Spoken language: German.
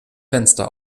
fenster